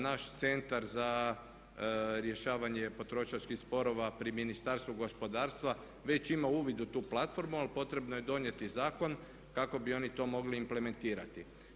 Naš centar za rješavanje potrošačkih sporova pri Ministarstvu gospodarstva već ima uvid u tu platformu ali potrebno je donijeti zakon kako bi oni to mogli implementirati.